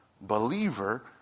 believer